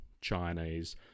Chinese